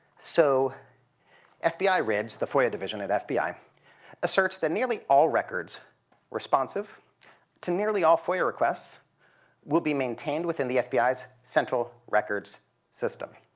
so ah fbi rids the foia division at at fbi asserts that nearly all records responsive to nearly all foia requests will be maintained within the fbi's central records system,